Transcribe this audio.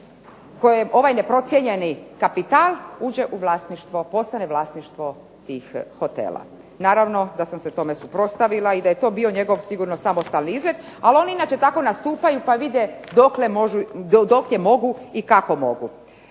kojoj ovaj neprocijenjeni kapital uđe u vlasništvo, postane vlasništvo tih hotela. Naravno da sam se tome suprotstavila i da je to bio njegov samostalni izlet, ali oni inače tako nastupaju pa vide dokle mogu i kako mogu.